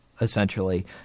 essentially